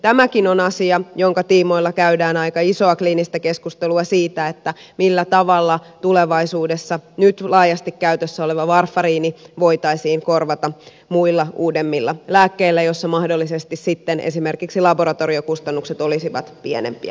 tämäkin on asia jonka tiimoilla käydään aika isoa kliinistä keskustelua siitä millä tavalla tulevaisuudessa nyt laajasti käytössä oleva varfariini voitaisiin korvata muilla uudemmilla lääkkeillä joissa mahdollisesti sitten esimerkiksi laboratoriokustannukset olisivat pienempiä